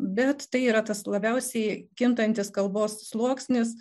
bet tai yra tas labiausiai kintantis kalbos sluoksnis